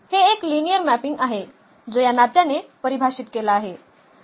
हे एक linear mapping आहे जो या नात्याने परिभाषित केला आहे